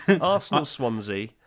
Arsenal-Swansea